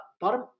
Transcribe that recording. bottom